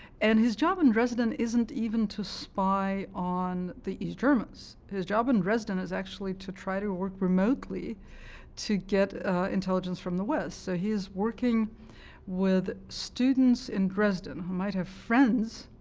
and his job in dresden isn't even to spy on the east germans. his job in dresden is actually to try to work remotely to get intelligence from the west. so he's working with students in dresden who might have friends